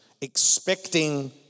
expecting